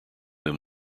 him